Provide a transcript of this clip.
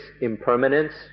impermanence